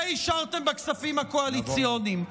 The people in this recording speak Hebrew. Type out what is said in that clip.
את זה השארתם בכספים הקואליציוניים.